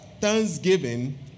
thanksgiving